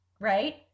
Right